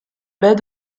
baie